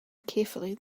carefully